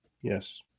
Yes